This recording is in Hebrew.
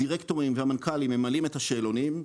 שהדירקטורים והמנכ"לים ממלאים את השאלונים,